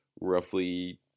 roughly